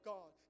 God